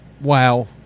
Wow